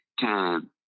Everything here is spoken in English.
time